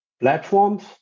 platforms